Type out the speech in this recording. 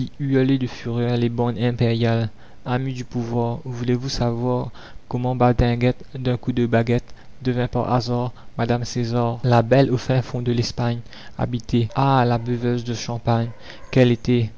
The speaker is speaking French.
de fureur les bandes impériales amis du pouvoir voulez-vous savoir comment badinguette d'un coup de baguette devint par hasard la commune madame césar la belle au fin fond de l'espagne habitait ah la buveuse de champagne qu'elle était